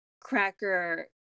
cracker